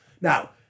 Now